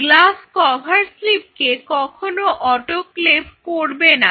glass cover স্লিপকে কখনো autoclave করবে না